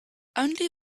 only